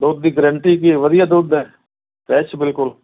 ਦੁੱਧ ਦੀ ਗਰੰਟੀ ਕੀ ਹੈ ਵਧੀਆ ਦੁੱਧ ਹੈ ਫਰੈਸ਼ ਬਿਲਕੁਲ